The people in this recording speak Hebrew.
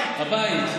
הבית.